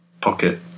pocket